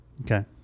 Okay